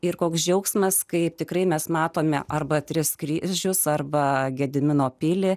ir koks džiaugsmas kaip tikrai mes matome arba tris kryžius arba gedimino pilį